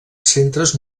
centres